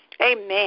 Amen